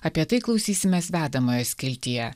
apie tai klausysimės vedamojo skiltyje